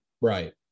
Right